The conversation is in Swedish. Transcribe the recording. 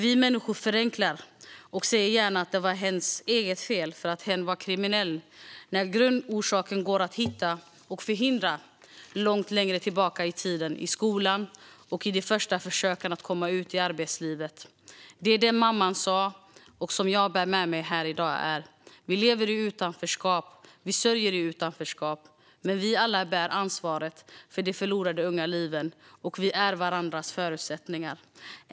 Vi människor förenklar och säger gärna att det var hens eget fel för att hen var kriminell när grundorsaken går att hitta och förhindra långt tillbaka i tiden, i skolan och i de första försöken att komma ut i arbetslivet. Det som den mamman sa och som jag bär med mig i dag var: Vi lever i utanförskap. Vi sörjer i utanförskap, men vi alla bär ansvaret för de förlorade unga liven, och vi är varandras förutsättningar.